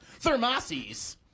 Thermoses